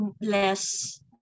less